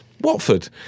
Watford